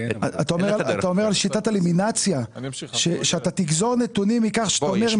אתה מדבר על שיטת הלמינציה; שאתה תגזור נתונים מכך שתגיד --- יש